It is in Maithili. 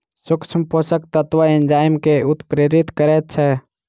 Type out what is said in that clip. सूक्ष्म पोषक तत्व एंजाइम के उत्प्रेरित करैत छै